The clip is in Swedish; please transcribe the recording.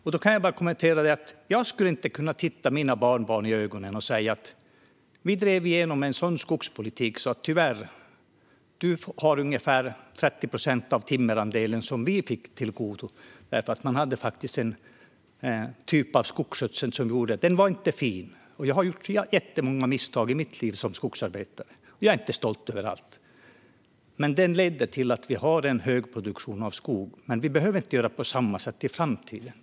Jag kan bara kommentera att jag inte skulle kunna se mina barnbarn i ögonen och säga att vi drev igenom en skogspolitik som innebär att du tyvärr har ungefär 30 procent av den timmerandel som vi fick, för vi hade en typ av skogsskötsel som gjorde att den inte var fin. Jag har gjort många misstag i mitt liv som skogsarbetare, och jag är inte stolt över allt. Den skötseln ledde till att vi har en hög produktion av skog, men vi behöver inte på göra på samma sätt i framtiden.